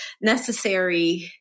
necessary